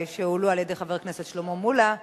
שהועלו על-ידי חבר הכנסת שלמה מולה,